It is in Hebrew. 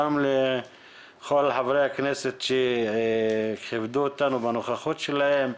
גם לכל חברי הכנסת שכיבדו אותנו בנוכחות שלהם,